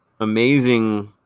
amazing